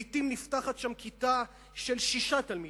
עתים נפתחת שם כיתה של שישה תלמידים.